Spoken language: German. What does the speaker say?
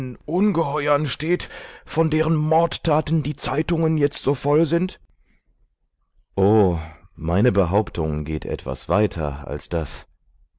ungeheuern steht von deren mordtaten die zeitungen jetzt so voll sind o meine behauptung geht etwas weiter als das